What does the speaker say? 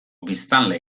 biztanle